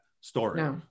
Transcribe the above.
story